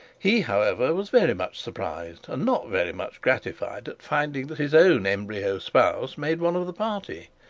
he, however, was very much surprised and not very much gratified at finding that his own embryo spouse made one of the party.